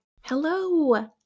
Hello